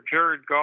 Jared